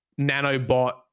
nanobot